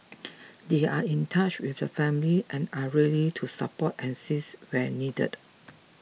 they are in touch with the family and are really to support and assist where needed